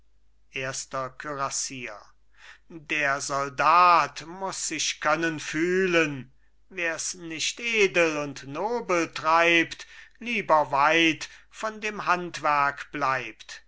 erster kürassier der soldat muß sich können fühlen wers nicht edel und nobel treibt lieber weit von dem handwerk bleibt